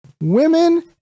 women